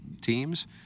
teams